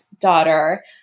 daughter